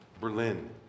Berlin